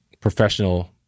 professional